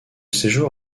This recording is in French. séjour